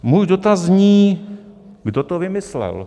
Můj dotaz zní: Kdo to vymyslel?